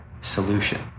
solution